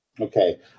Okay